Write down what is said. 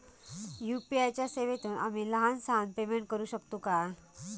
UPI च्या सेवेतून आम्ही लहान सहान पेमेंट करू शकतू काय?